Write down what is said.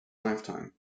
lifetime